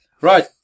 Right